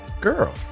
Girl